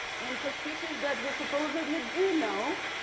and for species that we supposedly do know,